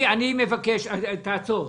תעצור.